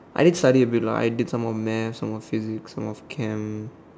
I did study a bit lah I did some of math some of physics some of Chem